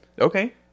Okay